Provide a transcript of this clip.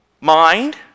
mind